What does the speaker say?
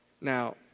Now